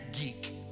geek